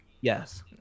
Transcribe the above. Yes